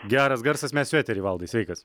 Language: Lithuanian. geras garsas mes jau etery valdai sveikas